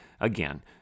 again